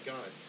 God